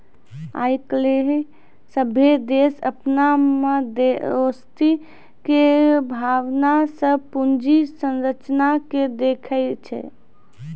आइ काल्हि सभ्भे देश अपना मे दोस्ती के भावना से पूंजी संरचना के देखै छै